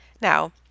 Now